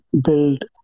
build